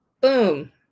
boom